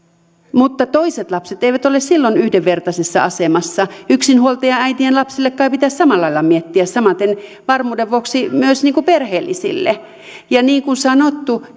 mutta toiset lapset eivät ole silloin yhdenvertaisessa asemassa yksinhuoltajaäitien lapsille kai pitäisi samalla lailla miettiä samaten varmuuden vuoksi myös perheellisille ja niin kuin sanottu